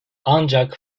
ancak